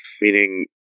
Meaning